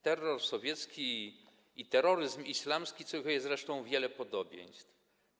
Terror sowiecki i terroryzm islamski cechuje zresztą wiele podobieństw.